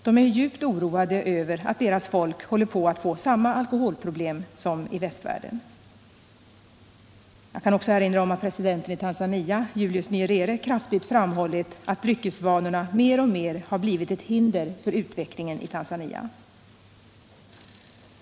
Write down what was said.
De är djupt oroade över att deras folk håller på att få samma alkoholproblem som vi har i västvärlden. Jag vill också erinra om att presidenten i Tanzania, Julius Nyerere, kraftigt framhållit att dryckesvanorna mer och mer har blivit ett hinder för utvecklingen i Tanzania.